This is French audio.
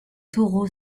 taureau